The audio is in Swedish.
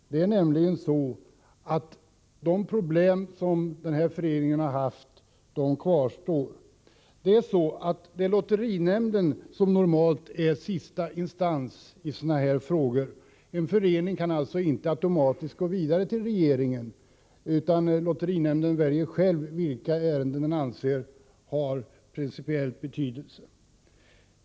Det är nämligen så att de problem som föreningen i fråga haft kvarstår. Det är lotterinämnden som normalt är sista instans i sådana här frågor. En förening kan alltså inte automatiskt gå vidare till regeringen — lotterinämnden avgör själv vilka ärenden som har principiell betydelse.